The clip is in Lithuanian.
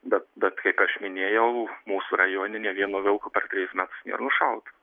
bet bet kaip aš minėjau mūsų rajone nei vieno vilko per trejus metus nėr nušauta